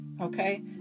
Okay